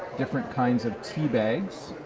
different kinds of teabags.